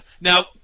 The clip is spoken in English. Now